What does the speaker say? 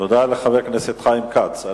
תודה לחבר הכנסת חיים כץ.